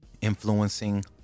influencing